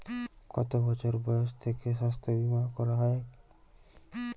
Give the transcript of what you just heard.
কত বছর বয়স থেকে স্বাস্থ্যবীমা করা য়ায়?